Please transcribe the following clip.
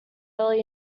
early